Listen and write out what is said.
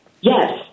Yes